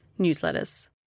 newsletters